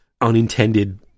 unintended